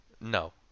No